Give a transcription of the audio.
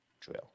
drill